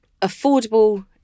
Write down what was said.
affordable